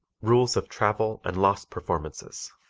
rules of travel and lost performances